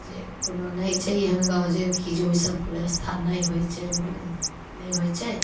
जे कोनो नहि छै एहन गाँव जे कि जे ओइ सबके व्यवस्था नहि होइ छै नहि होइ छै